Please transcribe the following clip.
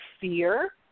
fear